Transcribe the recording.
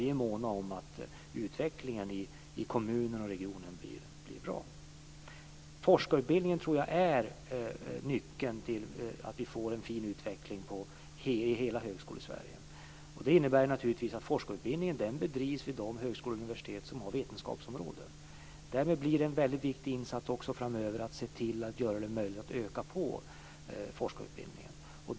Vi är måna om att utvecklingen i kommunerna och i regionen blir bra. Jag tror att forskarutbildningen är nyckeln till en fin utveckling i hela Högskolesverige. Det innebär naturligtvis att forskarutbildningen bedrivs vid de högskolor och universitet som har vetenskapsområden. Därmed blir det en viktig insats framöver att också se till att göra det möjligt att öka forskarutbildningen.